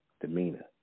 demeanor